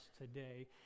today